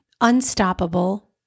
unstoppable